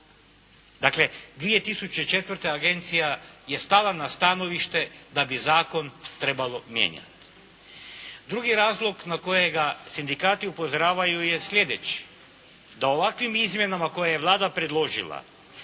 Dakle, 2004. agencija je stala na stanovište da bi zakon trebalo mijenjati. Drugi razlog na kojega sindikati upozoravaju je slijedeći, da ovakvim izmjenama koje je Vlada predložila